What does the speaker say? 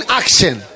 action